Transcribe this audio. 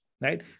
right